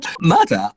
Murder